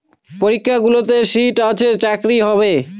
পরীক্ষাগুলোতে সিট আছে চাকরি হবে